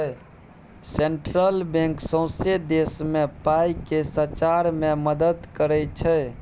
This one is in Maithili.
सेंट्रल बैंक सौंसे देश मे पाइ केँ सचार मे मदत करय छै